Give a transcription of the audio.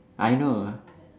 I know